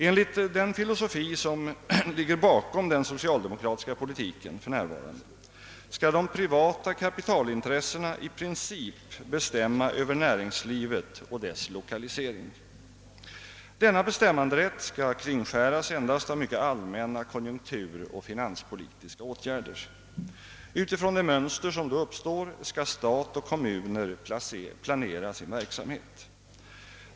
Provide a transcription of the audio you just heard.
Enligt den filosofi som för närvarande ligger bakom den socialdemokratiska politiken skall de privata kapitalintressena i princip bestämma över näringslivet och dess lokalisering. Denna bestämmanderätt skall kringskäras endast av mycket allmänna konjunkturoch finanspolitiska åtgärder. Utifrån det mönster som då uppstår skall stat och kommuner planera sin verksamhet.